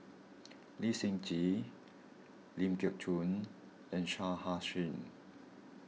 Lee Seng Gee Ling Geok Choon and Shah Hussain